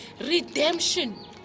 Redemption